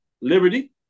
Liberty